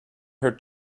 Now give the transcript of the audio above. her